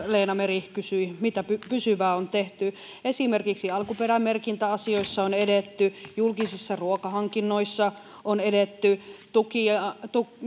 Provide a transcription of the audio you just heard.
leena meri kysyi mitä pysyvää on tehty esimerkiksi alkuperämerkintäasioissa on edetty julkisissa ruokahankinnoissa on edetty ja